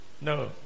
no